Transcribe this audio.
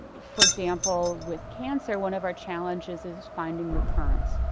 for example, with cancer one of our challenges is finding recurrence.